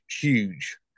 huge